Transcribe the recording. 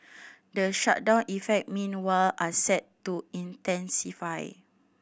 the shutdown effect meanwhile are set to intensify